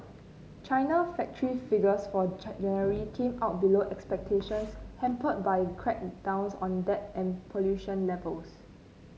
China factory figures for January came out below expectations hampered by crackdowns on debt and pollution levels